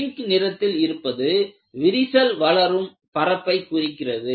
இங்கே பிங்க் நிறத்தில் இருப்பது விரிசல் வளரும் பரப்பை குறிக்கிறது